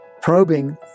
probing